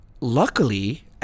luckily